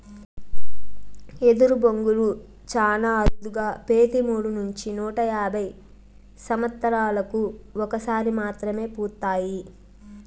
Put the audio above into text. ఎదరు బొంగులు చానా అరుదుగా పెతి మూడు నుంచి నూట యాభై సమత్సరాలకు ఒక సారి మాత్రమే పూస్తాయి